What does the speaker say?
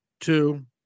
two